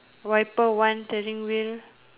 wiper one turning wheel